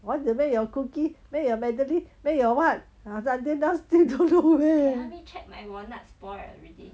want to make your cookie make your madeline make your what or what ah until now still don't know where